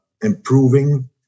improving